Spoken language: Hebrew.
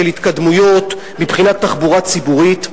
של התקדמויות מבחינת תחבורה ציבורית,